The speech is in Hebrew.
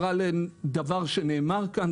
אין לנו שום מעורבות לגבי התנאים שיקבעו של ועדת הכלכלה.